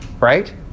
right